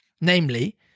namely